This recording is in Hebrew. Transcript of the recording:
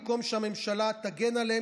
במקום שהממשלה תגן עליהם,